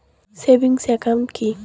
Savings account কি?